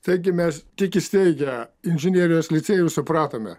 taigi mes tik įsteigę inžinerijos licėjų supratome